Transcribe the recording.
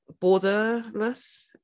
borderless